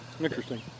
interesting